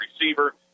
receiver